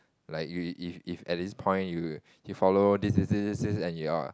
like you if if at this point you you follow this this this this this and you are